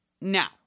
now